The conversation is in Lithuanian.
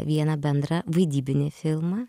vieną bendrą vaidybinį filmą